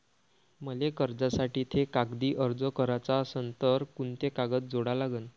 मले कर्जासाठी थे कागदी अर्ज कराचा असन तर कुंते कागद जोडा लागन?